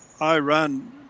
Iran